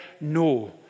No